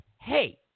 hey